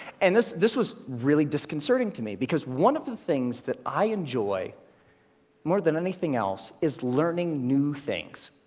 and this this was really disconcerning to me, because one of the things that i enjoy more than anything else is learning new things.